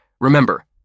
Remember